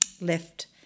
left